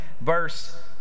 verse